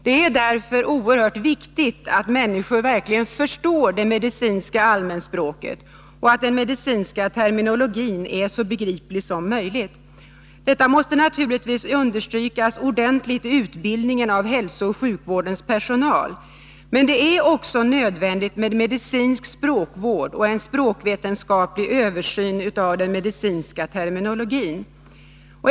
Det är därför oerhört viktigt att människor verkligen förstår det medicinska allmänspråket och att den medicinska terminologin är så begriplig som möjligt. Detta måste naturligtvis understrykas ordentligt i utbildningen av hälsooch sjukvårdens personal. Men det är också nödvändigt med medicinsk språkvård och en språkvetenskaplig översyn av den medicinska terminologin.